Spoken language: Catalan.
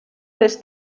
les